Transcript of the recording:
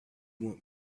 want